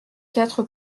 quatre